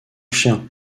chien